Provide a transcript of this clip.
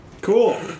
Cool